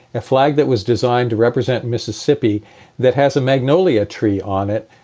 a flag that was designed to represent mississippi that has a magnolia tree on it,